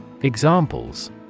Examples